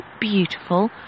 beautiful